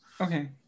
Okay